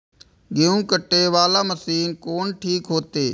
गेहूं कटे वाला मशीन कोन ठीक होते?